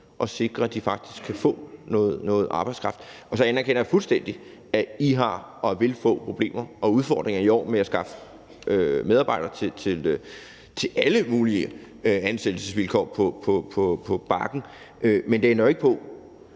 og sikre, at de faktisk kan få noget arbejdskraft. Og så anerkender jeg fuldstændig, at I har og vil få problemer og udfordringer i år med at skaffe medarbejdere i forhold til alle mulige ansættelsesvilkår på Bakken, men det ændrer jo ikke på,